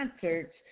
concerts